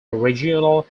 regional